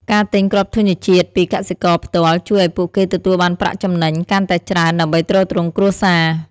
ការទិញគ្រាប់ធញ្ញជាតិពីកកសិករផ្ទាល់ ជួយឱ្យពួកគេទទួលបានប្រាក់ចំណេញកាន់តែច្រើនដើម្បីទ្រទ្រង់គ្រួសារ។